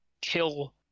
kill